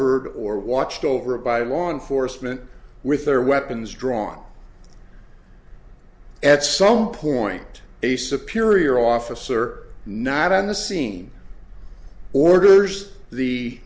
ed or watched over by law enforcement with their weapons drawn at some point a superior officer not on the scene orders the